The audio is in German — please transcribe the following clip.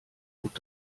gut